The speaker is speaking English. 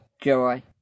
joy